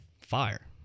Fire